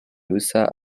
rusa